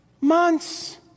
Months